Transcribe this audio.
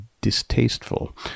distasteful